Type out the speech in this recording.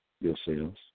yourselves